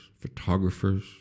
photographers